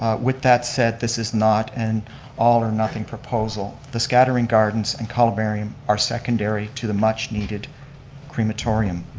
with that said, this is not an all-or-nothing proposal. the scattering gardens and calabarium are secondary to the much-needed crematorium.